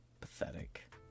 Pathetic